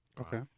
Okay